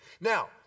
Now